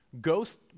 Ghost